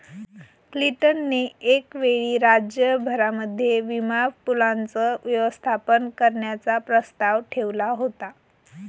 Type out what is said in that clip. Clinton ने एक वेळी राज्य भरामध्ये विमा पूलाचं व्यवस्थापन करण्याचा प्रस्ताव ठेवला होता